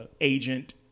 agent